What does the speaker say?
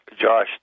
Josh